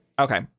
Okay